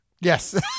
Yes